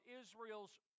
Israel's